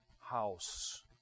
house